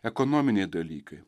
ekonominiai dalykai